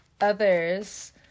others